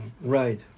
Right